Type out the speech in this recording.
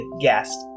guest